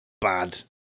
bad